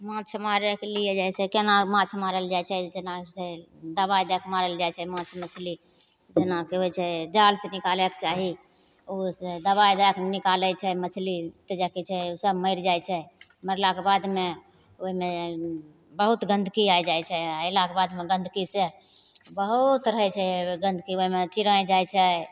माछ मारैके लिए जाइ छै कोना माछ मारल जाइ छै जेना छै दवाइ दैके मारल जाइ छै माछ मछली जेना कि होइ छै जालसे निकालैके चाही ओहोसे दवाइ दैके निकालै छै मछली तब जाके जे छै ओसब मरि जाइ छै मरलाके बादमे ओहिमे बहुत गन्दगी आ जाइ छै अएलाके बादमे गन्दगीसे बहुत रहै छै गन्दगी ओहिमे चिड़ै जाइ छै